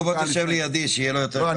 בוא תשב לידי שיהיה לו יותר קל להתמקד.